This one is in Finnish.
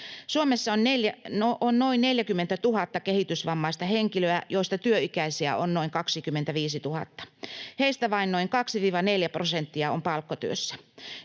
Suomessa on noin 40 000 kehitysvammaista henkilöä, joista työikäisiä on noin 25 000. Heistä vain noin 2—4 prosenttia on palkkatyössä.